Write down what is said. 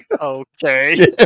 Okay